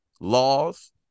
laws